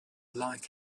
like